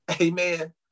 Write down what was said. Amen